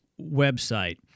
website